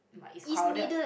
but is crowded